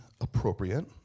appropriate